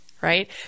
right